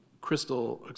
Crystal